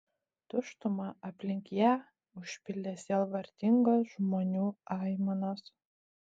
tuštumą aplink ją užpildė sielvartingos žmonių aimanos